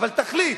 אבל תחליט.